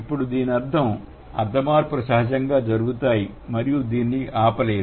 ఇప్పుడు దీని అర్థం అర్థ మార్పులు సహజంగా జరుగుతాయి మరియు మీరు దీన్ని ఆపలేరు